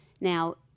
Now